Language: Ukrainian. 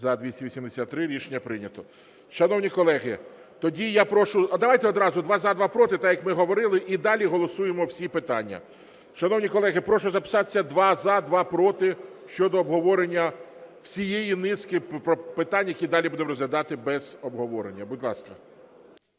За-283 Рішення прийнято. Шановні колеги, тоді я прошу, давайте одразу: два – за, два – проти, так, як ми говорили, і далі голосуємо всі питання. Шановні колеги, прошу записатися: два – за, два – проти щодо обговорення всієї низки питань, які далі будемо розглядати без обговорення, будь ласка.